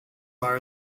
far